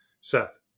Seth